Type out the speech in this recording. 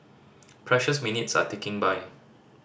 precious minutes are ticking by